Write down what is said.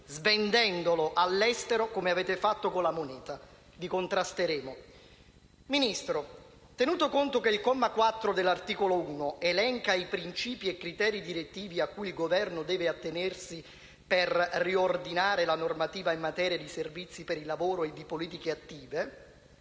svendendolo all'estero, come avete fatto con la moneta. Vi contrasteremo. Ministro, tenuto conto che il comma 4 dell'articolo 1 elenca principi e criteri direttivi a cui il Governo deve attenersi per riordinare la normativa in materia di servizi per il lavoro e di politiche attive,